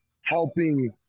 helping